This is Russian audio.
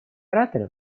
ораторы